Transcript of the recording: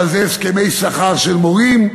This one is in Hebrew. אבל זה הסכמי שכר של מורים,